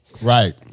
Right